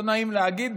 לא נעים להגיד,